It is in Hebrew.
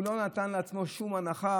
הוא לא נתן לעצמו שום הנחה,